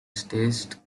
staged